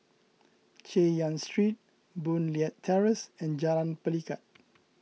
Chay Yan Street Boon Leat Terrace and Jalan Pelikat